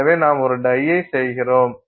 எனவே நாம் ஒரு டையை செய்கிறோம்